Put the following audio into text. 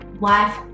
Wife